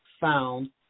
Found